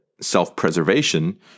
self-preservation